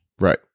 Right